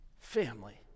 family